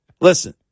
listen